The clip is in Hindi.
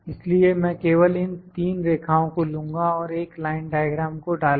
इसलिए मैं केवल इन तीन रेखाओं को लूँगा और एक लाइन डायग्राम को डालूँगा